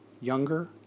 younger